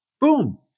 boom